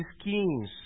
schemes